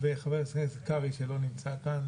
וחב הכנסת קרעי שלא נמצא כאן,